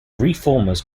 reformers